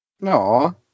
No